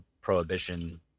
Prohibition